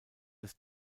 des